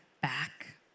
back